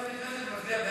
אתה עושה לי חשק,